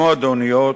מועדוניות,